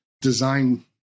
design